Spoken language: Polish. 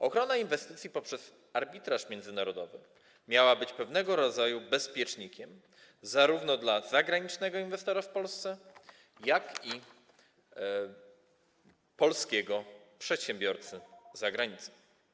Ochrona inwestycji poprzez arbitraż międzynarodowy miała być pewnego rodzaju bezpiecznikiem zarówno dla zagranicznego inwestora w Polsce, jak i polskiego przedsiębiorcy za granicą.